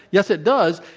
yes, it does,